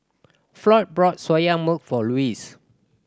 Floyd bought Soya Milk for Louis